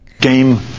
Game